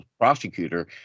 prosecutor